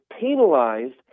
penalized